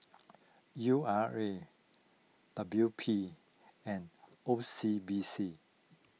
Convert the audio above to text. U R A W P and O C B C